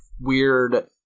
weird